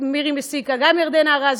גם ירדנה ארזי,